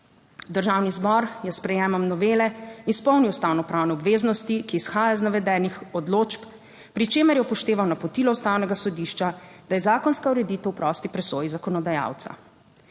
Državni zbor je s sprejemom novele izpolnil ustavnopravne obveznosti, ki izhajajo iz navedenih odločb, pri čemer je upošteval napotilo Ustavnega sodišča, da je zakonska ureditev v prosti presoji zakonodajalca.